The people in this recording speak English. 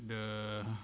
the